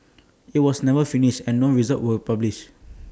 IT was never finished and no results were published